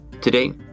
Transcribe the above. today